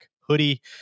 hoodie